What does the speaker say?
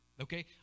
Okay